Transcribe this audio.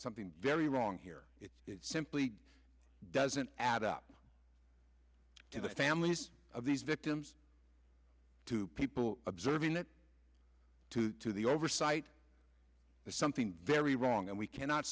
something very wrong here it simply doesn't add up to the families of these victims two people observing that two to the oversight that something very wrong and we cannot